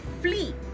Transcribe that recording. flee